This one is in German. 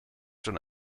schon